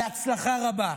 בהצלחה רבה,